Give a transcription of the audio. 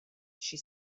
she